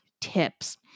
tips